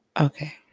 Okay